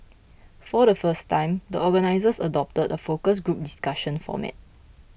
for the first time the organisers adopted a focus group discussion format